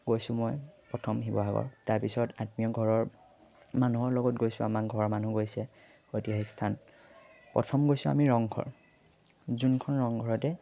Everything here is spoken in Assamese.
গৈছোঁ মই প্ৰথম শিৱসাগৰ তাৰপিছত আত্মীয় ঘৰৰ মানুহৰ লগত গৈছোঁ আমাৰ ঘৰৰ মানুহ গৈছে ঐতিহাসিক স্থান প্ৰথম গৈছোঁ আমি ৰংঘৰ যোনখন ৰংঘৰতে